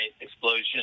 explosion